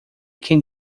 quem